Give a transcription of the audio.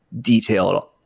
detailed